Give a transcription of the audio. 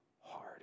hard